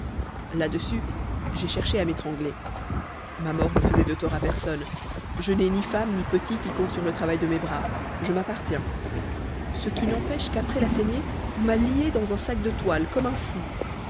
là-dessus j'ai cherché à m'étrangler ma mort ne faisait de tort à personne je n'ai ni femme ni petits qui comptent sur le travail de mes bras je m'appartiens ce qui n'empêche qu'après la saignée on m'a lié dans un sac de toile comme un fou